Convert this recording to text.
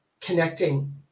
connecting